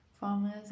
Farmers